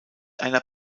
einer